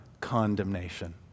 condemnation